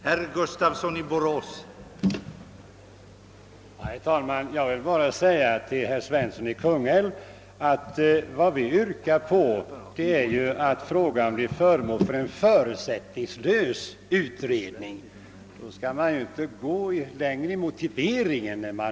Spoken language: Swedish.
Herr talman! Jag vill bara säga till herr Svensson i Kungälv att vad vi yrkat på är att frågan blir föremål för en förutsättningslös utredning; då skall man inte gå längre i motiveringen.